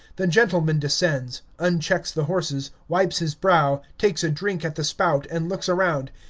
the gentleman descends, unchecks the horses, wipes his brow, takes a drink at the spout and looks around,